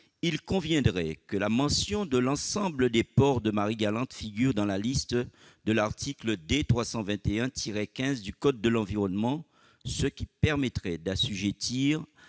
il conviendrait que la mention de l'ensemble des ports de Marie-Galante figure dans la liste de l'article D. 321-15 du code de l'environnement, ce qui permettrait l'assujettissement